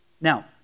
Now